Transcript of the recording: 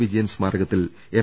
വിജയൻ സ്മാരകത്തിൽ എം